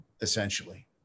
essentially